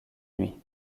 nuit